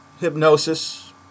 hypnosis